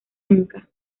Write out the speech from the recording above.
nunca